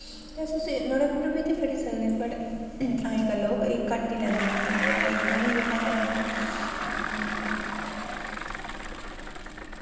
ते अस उस्सी नोआढ़े उप्पर बी त पढ़ी सकदे न अजकल्ल लोक एह् घट ही लैंदे न की कि आखदे नमीं बुकां लैनियां न